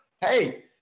hey